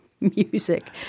music